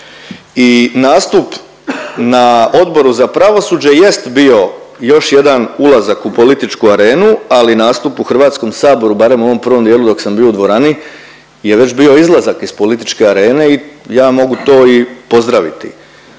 I nastup na Odboru za pravosuđe jest bio još jedan ulazak u političku arenu, ali nastup u Hrvatskom saboru barem u ovom prvom dijelu dok sam bio u dvorani je već bio izlazak iz političke arene i ja mogu to i pozdraviti.